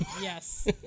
Yes